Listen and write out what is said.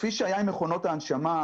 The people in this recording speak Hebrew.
כפי שהיה עם מכונות ההנשמה,